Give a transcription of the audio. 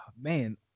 man